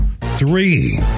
three